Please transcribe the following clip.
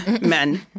men